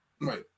right